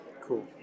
Cool